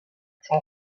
چون